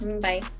Bye